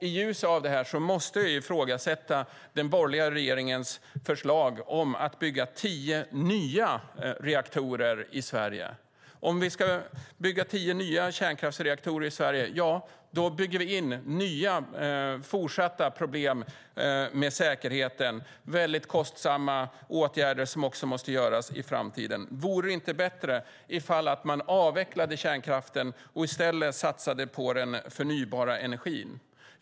I ljuset av detta måste jag ifrågasätta den borgerliga regeringens förslag om att bygga tio nya reaktorer i Sverige. Om vi bygger tio nya kärnkraftsreaktorer i Sverige bygger vi in nya fortsatta problem med säkerheten och kostsamma åtgärder som måste vidtas i framtiden. Vore det inte bättre att avveckla kärnkraften och i stället satsa på den förnybara energin?